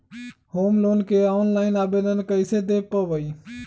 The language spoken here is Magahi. होम लोन के ऑनलाइन आवेदन कैसे दें पवई?